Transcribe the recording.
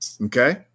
Okay